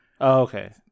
okay